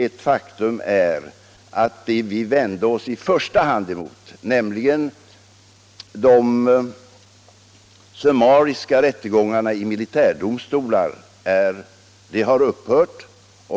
Ett faktum är att det som vi i första hand vände oss emot, nämligen de summariska rättegångarna i militärdomstolar, har upphört.